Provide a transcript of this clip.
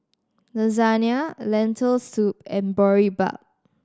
Lasagna Lentil Soup and Boribap